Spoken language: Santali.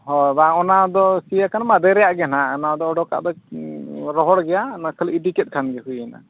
ᱦᱚᱸᱭ ᱵᱟᱝ ᱚᱱᱟ ᱫᱚ ᱮᱠᱮᱱ ᱢᱟᱫᱮ ᱨᱮᱭᱟᱜ ᱜᱮ ᱦᱮᱱᱟᱜᱼᱟ ᱚᱱᱟ ᱫᱚ ᱚᱰᱚᱠᱟᱜ ᱫᱚ ᱨᱚᱦᱚᱲ ᱜᱮᱭᱟ ᱚᱱᱟ ᱠᱷᱟᱹᱞᱤ ᱤᱫᱤᱠᱮᱫ ᱠᱷᱟᱱᱜᱮ ᱦᱩᱭᱮᱱᱟ